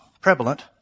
prevalent